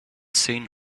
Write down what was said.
seen